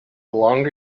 longer